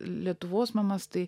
lietuvos mamas tai